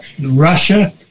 Russia